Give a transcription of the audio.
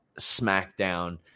SmackDown